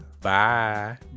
Bye